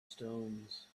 stones